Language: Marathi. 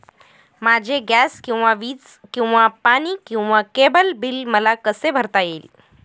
माझे गॅस किंवा वीज किंवा पाणी किंवा केबल बिल मला कसे भरता येईल?